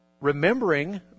remembering